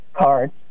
card